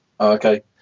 okay